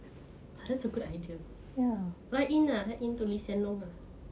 that's a good idea write in lah write in to lee hsien loong ah